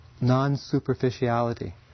non-superficiality